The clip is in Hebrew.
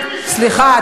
סליחה,